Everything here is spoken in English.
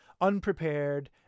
unprepared